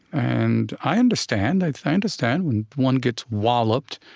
and i understand i i understand, when one gets walloped,